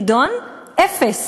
חידון, אפס.